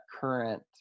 current